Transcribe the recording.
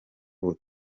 ubu